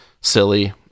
silly